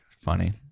Funny